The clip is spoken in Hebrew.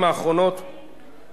לא מה דיברנו, לא מה קשקשנו,